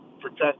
protect